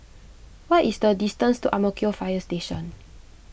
what is the distance to Ang Mo Kio Fire Station